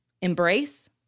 embrace